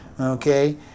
Okay